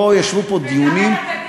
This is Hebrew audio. פה ישבו פה בדיונים, וגם הנגדים.